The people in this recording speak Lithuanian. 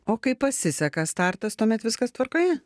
o kai pasiseka startas tuomet viskas tvarkoje